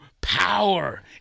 power